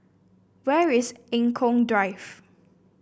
where is Eng Kong Drive